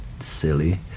silly